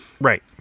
Right